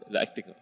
acting